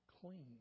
clean